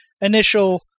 initial